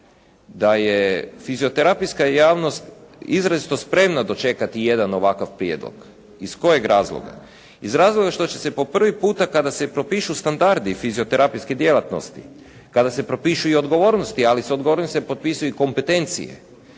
da je fizioterapijska javnost izrazito spremna dočekati jedan ovakav prijedlog. Iz kojeg razloga? Iz razloga što će se po prvi puta kada se propišu standardi fizioterapijske djelatnosti, kada se propišu i odgovornosti ali sa odgovornosti se potpisuju i kompetencije